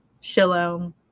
Shalom